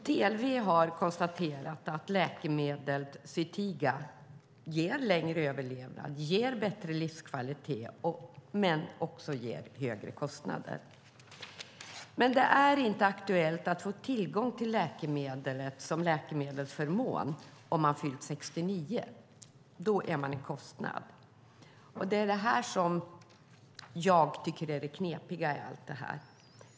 TLV har konstaterat att läkemedlet Zytiga ger längre överlevnad, ger bättre livskvalitet men ger högre kostnader. Men det är inte aktuellt att få tillgång till läkemedlet som läkemedelsförmån om man har fyllt 69 år. Då är man en kostnad. Det är det som jag tycker är det knepiga i allt det här.